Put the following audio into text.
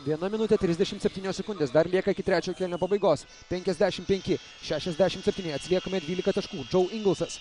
viena minutė trisdešim spetynios sekundės dar lieka iki trečio kėlinio pabaigos penkiasdešim penki šešiasdešim septyni atsiliekame dvylika taškų džau ingelsas